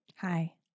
Hi